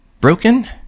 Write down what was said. broken